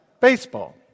baseball